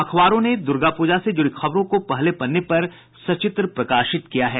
अखबारों ने दुर्गा पूजा से जुड़ी खबरों को पहले पन्ने पर सचित्र प्रकाशित किया है